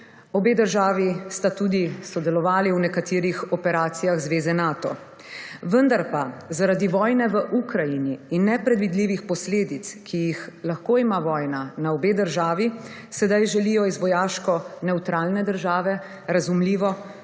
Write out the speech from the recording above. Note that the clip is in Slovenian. Obe državi sta tudi sodelovali v nekaterih operacijah Zveze Nato, vendar pa, zaradi vojne v Ukrajini in nepredvidljivih posledic, ki jih lahko ima vojna na obe državi sedaj želijo iz vojaško nevtralne države razumljivo